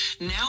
Now